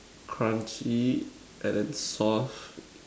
crunchy and the sauce